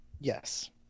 yes